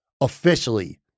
officially